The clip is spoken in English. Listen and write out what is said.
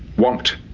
want.